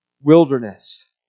wilderness